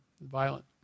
Violent